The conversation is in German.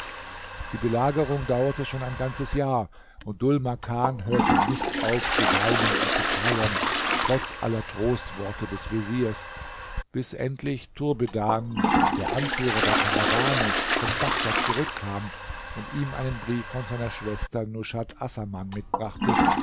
die belagerung dauerte schon ein ganzes jahr und dhul makan hörte nicht auf zu weinen und zu trauern trotz aller trostworte des veziers bis endlich turbedan der anführer der karawane von bagdad zurückkam und ihm einen brief von seiner schwester nushat assaman mitbrachte